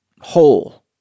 whole